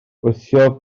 wthio